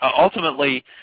Ultimately